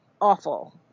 awful